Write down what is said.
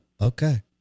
Okay